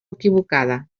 equivocada